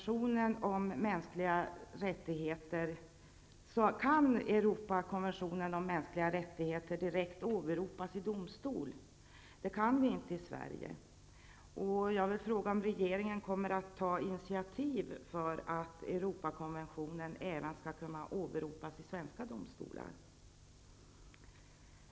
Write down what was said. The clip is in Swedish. I många länder kan Europakonventionen om mänskliga rättigheter direkt åbeopas i domstol. Så är inte fallet i Sverige. Kommer regeringen att ta initiativ för att Europakonventionen skall kunna åberopas även i svenska domstolar?